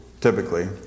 typically